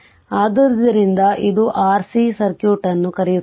ಆದ್ದರಿಂದ ಇದು Rc circuit ಅನ್ನು ಕರೆಯುತ್ತದೆ